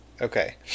Okay